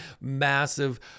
massive